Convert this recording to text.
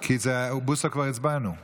כי על בוסו כבר הצבענו.